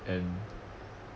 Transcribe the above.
and